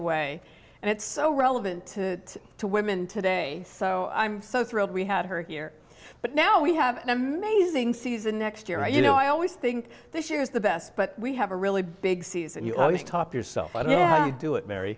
away and it's so relevant to to women today so i'm so thrilled we had her here but now we have an amazing season next year you know i always think this year is the best but we have a really big season you know you top yourself but you do it very